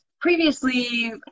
previously